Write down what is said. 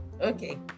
Okay